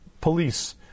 police